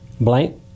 blank